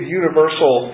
universal